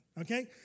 Okay